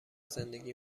زندگی